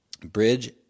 Bridge